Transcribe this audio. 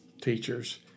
teachers